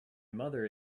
mother